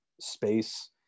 space